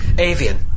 avian